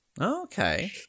Okay